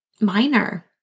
minor